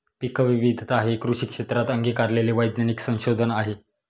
पीकविविधता हे कृषी क्षेत्रात अंगीकारलेले वैज्ञानिक संशोधन आहे